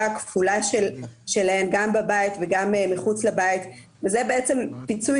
הכפולה שלהן גם בבית וגם מחוץ לבית וזה בעצם פיצוי